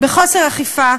בחוסר אכיפה,